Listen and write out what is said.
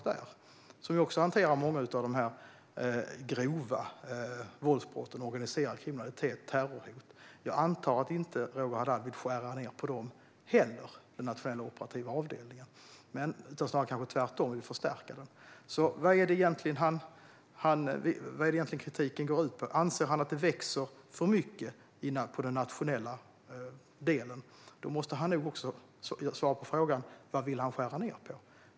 Den hanterar många av de grova våldsbrotten, den organiserade kriminaliteten och terrorhoten. Jag antar att Roger Haddad inte vill skära ned på den avdelningen heller utan snarare vill förstärka den. Vad är det egentligen kritiken går ut på? Anser Roger Haddad att den nationella delen växer för mycket? Då måste han också ge svar på frågan om vad han vill skära ned på.